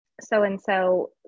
so-and-so